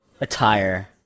attire